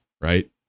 right